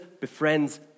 befriends